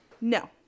No